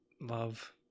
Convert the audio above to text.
love